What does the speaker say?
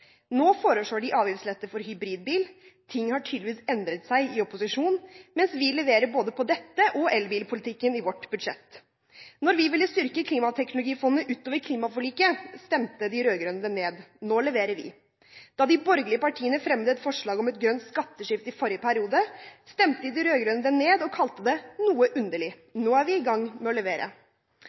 Nå foreslår de avgiftslette for hybridbil – ting har tydeligvis endret seg i opposisjon – mens vi leverer både på dette og elbil-politikken i vårt budsjett. Da vi ville styrke klimateknologifondet utover klimaforliket, stemte de rød-grønne det ned. Nå leverer vi. Da de borgerlige partiene fremmet et forslag om et grønt skatteskifte i forrige periode, stemte de rød-grønne det ned og kalte det noe underlig. Nå er vi i gang med å levere.